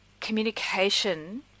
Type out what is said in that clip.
communication